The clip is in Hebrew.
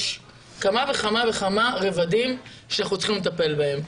יש כמה וכמה רבדים שאנחנו צריכים לטפל בהם.